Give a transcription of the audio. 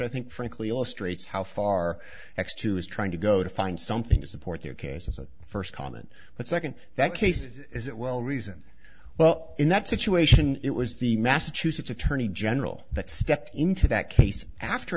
i think frankly illustrates how far x too is trying to go to find something to support their case as a first comment but second that case is it well reason well in that situation it was the massachusetts attorney general that stepped into that case after